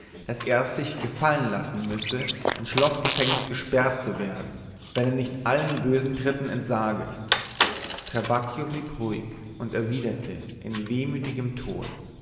daß er sich's gefallen lassen müsse ins schloßgefängnis gesperrt zu werden wenn er nicht allen bösen tritten entsage trabacchio blieb ruhig und erwiderte im wehmütigen ton